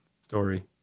story